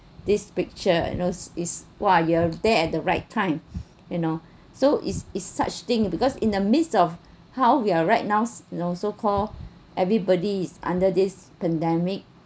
this picture you know it's !wah! you at there at the right time you know so is is such thing because in the midst of how we are right now you know so call everybody is under this pandemic